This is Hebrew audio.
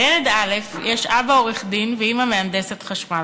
לילד א' יש אבא עורך-דין ואימא מהנדסת חשמל,